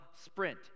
sprint